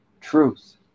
truth